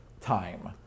time